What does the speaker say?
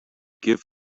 give